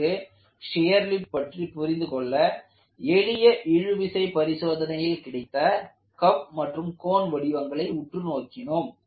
பிறகு shear lip பற்றி புரிந்து கொள்ள எளிய இழுவிசை பரிசோதனையில் கிடைத்த கப் மற்றும் கோன் வடிவங்களை உற்று நோக்கினோம்